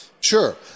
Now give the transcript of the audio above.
sure